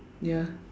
ya